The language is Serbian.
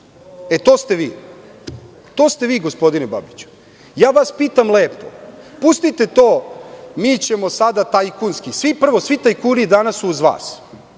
šta radi. To ste vi, gospodine Babiću. Lepo vas pitam. Pustite to – mi ćemo sada tajkunski. Prvo, svi tajkuni danas su uz vas.